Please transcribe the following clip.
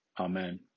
Amen